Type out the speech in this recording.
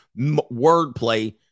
wordplay